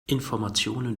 informationen